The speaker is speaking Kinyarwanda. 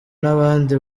n’abandi